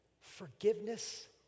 Forgiveness